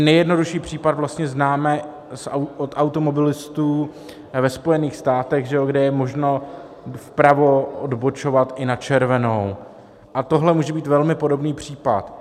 nejjednodušší případ vlastně známe od automobilistů ve Spojených státech, kde je možno vpravo odbočovat i na červenou, a tohle může být velmi podobný případ.